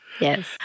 Yes